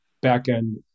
back-end